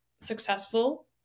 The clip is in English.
successful